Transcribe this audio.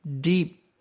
deep